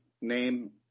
name